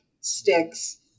sticks